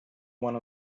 one